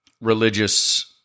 religious